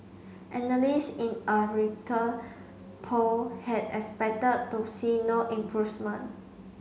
analyst in a Reuter poll had expected to see no improvement